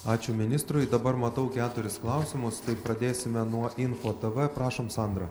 ačiū ministrui dabar matau keturis klausimus tai pradėsime nuo info tv prašom sandra